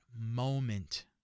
moment